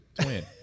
twin